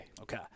Okay